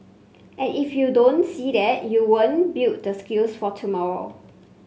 and if you don't see that you won't build the skills for tomorrow